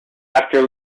after